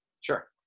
Sure